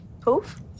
Poof